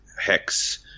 hex